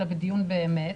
אלא בדיון באמת.